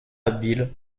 abbeville